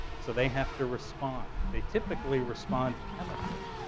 so they have to respond. they typically respond chemically.